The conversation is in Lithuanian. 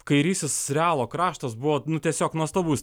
kairysis realo kraštas buvo tiesiog nuostabus